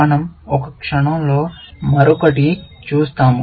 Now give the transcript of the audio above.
మన০ ఒక క్షణంలో మరొకటి చూస్తాము